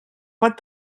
pot